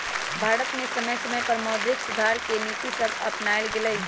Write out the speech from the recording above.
भारत में समय समय पर मौद्रिक सुधार के नीतिसभ अपानाएल गेलइ